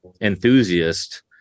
enthusiast